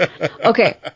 Okay